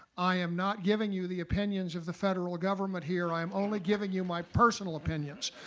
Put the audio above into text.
i am not give ing you the opinions of the federal government here, i am only give ing you my personal opinions.